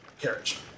carriage